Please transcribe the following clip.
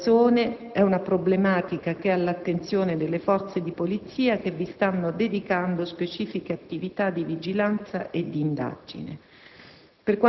di persone ed è all'attenzione delle Forze di polizia, che vi stanno dedicando specifiche attività di vigilanza e di indagine.